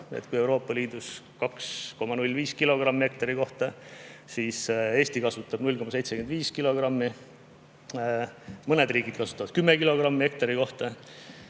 vähem. Euroopa Liidus kasutatakse 2,05 kilogrammi hektari kohta, Eesti kasutab 0,75 kilogrammi. Mõned riigid kasutavad 10 kilogrammi hektari kohta.